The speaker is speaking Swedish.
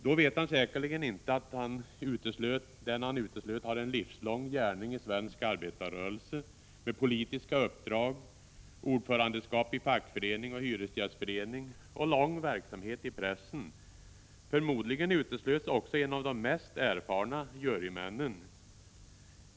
Då vet han säkerligen inte att den han uteslöt har en livslång gärning i svensk arbetarrörelse, med politiska uppdrag, ordförandeskap i fackförening och hyresgästförening och lång verksamhet i pressen bakom sig. Förmodligen uteslöts också en av de mest erfarna jurymännen!